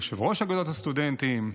יושב-ראש אגודת הסטודנטים,